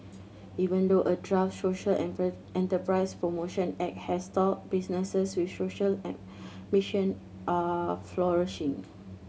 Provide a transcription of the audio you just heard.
even though a draft social enterprise promotion act has stalled businesses with social an mission are flourishing